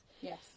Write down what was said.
Yes